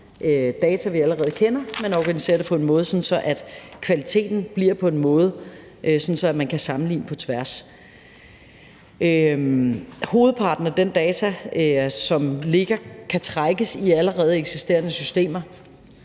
data, vi allerede kender, men organiserer det på en måde, sådan at kvaliteten bliver på en måde, så man kan sammenligne på tværs. Kl. 13:29 Hovedparten af de data, som ligger, kan trækkes i allerede eksisterende systemer,